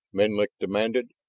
menlik demanded.